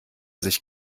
sich